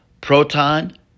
Proton